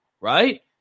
right